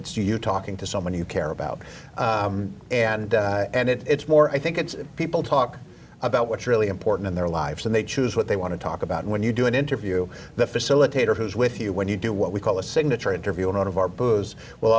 it's you talking to someone you care about and and it's more i think it's people talk about what's really important in their lives and they choose what they want to talk about when you do an interview the facilitator who's with you when you do what we call a signature interview one of our boos will